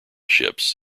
ships